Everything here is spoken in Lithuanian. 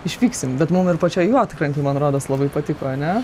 išvyksim bet mum ir pačioj juodkrantėj man rodos labai patiko ane